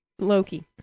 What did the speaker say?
Loki